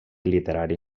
literari